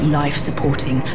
life-supporting